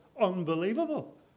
unbelievable